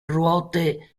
ruote